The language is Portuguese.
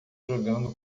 jogando